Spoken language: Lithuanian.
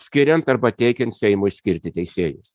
skiriant arba teikiant seimui skirti teisėjus